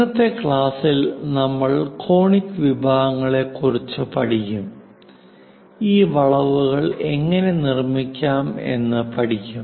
ഇന്നത്തെ ക്ലാസ്സിൽ നമ്മൾ കോണിക് വിഭാഗങ്ങളെ കുറിച്ച് പഠിക്കും ഈ വളവുകൾ എങ്ങനെ നിർമ്മിക്കാം എന്നും പഠിക്കും